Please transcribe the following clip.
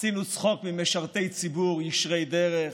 עשינו צחוק ממשרתי ציבור ישרי דרך,